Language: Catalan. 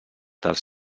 dels